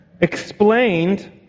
explained